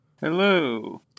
Hello